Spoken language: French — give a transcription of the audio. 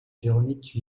véronique